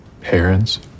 parents